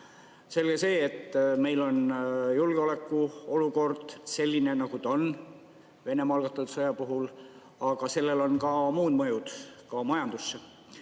Selge see, et meil on julgeolekuolukord selline, nagu ta on, Venemaa algatatud sõja tõttu, aga sellel on ka muud mõjud, mõjud majandusele